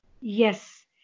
Yes